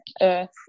Earth